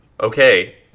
okay